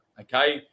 okay